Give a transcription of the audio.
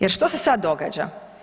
Jer što se sad događa?